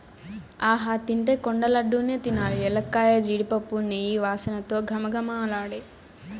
ఆహా తింటే కొండ లడ్డూ నే తినాలి ఎలక్కాయ, జీడిపప్పు, నెయ్యి వాసనతో ఘుమఘుమలాడే